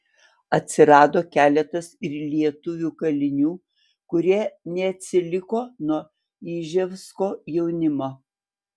atsirado keletas ir lietuvių kalinių kurie neatsiliko nuo iževsko jaunimo